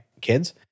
kids